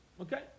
Okay